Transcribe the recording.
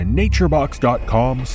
naturebox.com